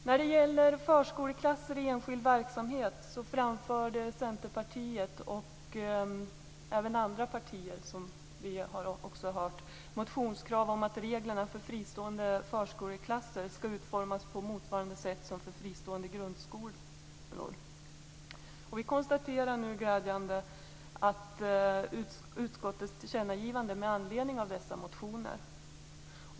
När det gäller förskoleklasser i enskild verksamhet framförde Centerpartiet och även andra partier, som vi har hört, motionskrav om att reglerna för fristående förskoleklasser skall utformas på motsvarande sätt som för fristående grundskolor. Vi konstaterar med glädje utskottets tillkännagivande med anledning av dessa motioner.